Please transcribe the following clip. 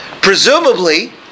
presumably